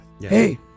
Hey